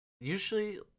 usually